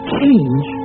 change